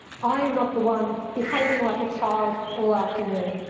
i am not the one behaving like a child all afternoon.